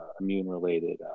immune-related